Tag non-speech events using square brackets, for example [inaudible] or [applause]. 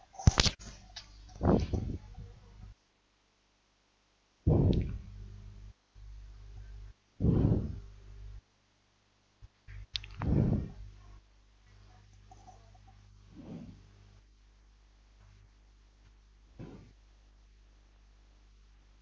[breath]